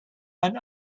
ein